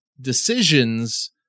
decisions